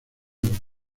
los